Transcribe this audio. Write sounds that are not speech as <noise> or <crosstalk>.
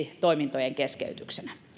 <unintelligible> toimintojen keskeytys